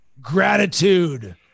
gratitude